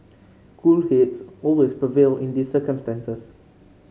cool heads always prevail in these circumstances